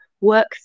work